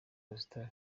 gustave